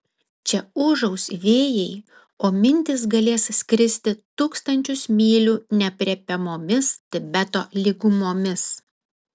čia ūžaus vėjai o mintys galės skristi tūkstančius mylių neaprėpiamomis tibeto lygumomis